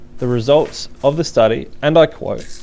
the results of the study and i quote,